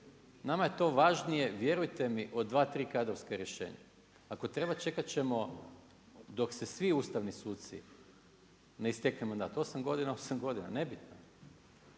Nama je to važnije vjerujte mi od dva, tri kadrovska rješenja. Ako treba čekat ćemo dok se svi ustavni suci ne istekne mandat, osam godina, osam godina, nebitno.